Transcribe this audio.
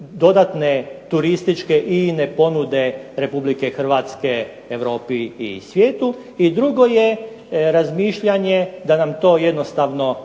dodatne turističke i ini ponude Republike Hrvatske Europi i svijetu i drugo je razmišljanje da nam to jednostavno ne